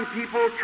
people